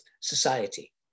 society